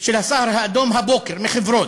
"הסהר האדום" הבוקר בחברון,